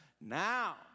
Now